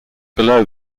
below